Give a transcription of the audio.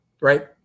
Right